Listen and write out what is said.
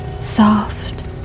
soft